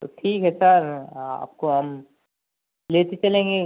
तो ठीक है सर आपको हम लेते चलेंगे